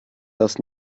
das